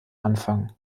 anfang